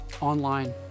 online